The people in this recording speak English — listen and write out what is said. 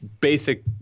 Basic